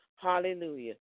Hallelujah